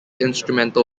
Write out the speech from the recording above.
instrumental